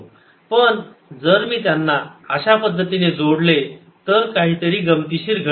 पण जर मी त्यांना अशा पद्धतीने जोडले तर काहीतरी गमतीशीर घडते